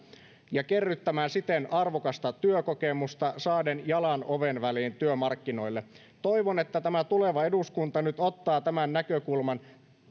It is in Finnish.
ja kerryttämään siten arvokasta työkokemusta saaden jalan oven väliin työmarkkinoille toivon että tämä eduskunta nyt ottaa tämän näkökulman